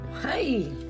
Hey